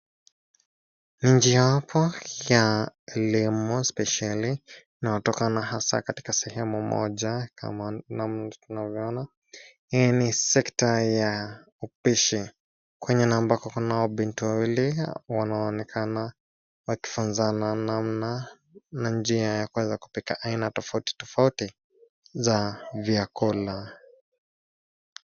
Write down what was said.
Ni njiawapo, ya, elimu spesheli, unaotokana hasa katika sehemu moja kama tunavyoona, hii ni sekta ya, upishi, kwengine ambako kunao binti wawili wanaonekana, wakifunzana namna, na njia ya kuweza kupika aina tofauti tofauti, za vyakula.